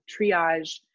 triage